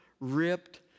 ripped